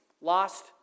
lost